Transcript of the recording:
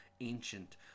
ancient